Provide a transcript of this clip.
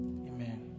Amen